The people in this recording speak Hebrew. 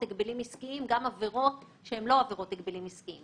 הגבלים עסקיים גם עבירות שהן לא עבירות הגבלים עסקיים.